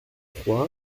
trois